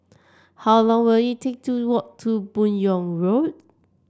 how long will it take to walk to Buyong Road